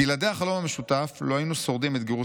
"בלעדי החלום המשותף לא היינו שורדים את גירוש